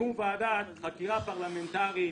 ועדת חקירה פרלמנטרית.